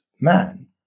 man